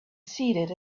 seated